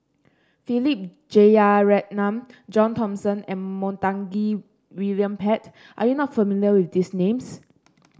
Philip Jeyaretnam John Thomson and Montague William Pett are you not familiar with these names